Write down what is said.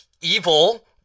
evil